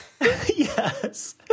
Yes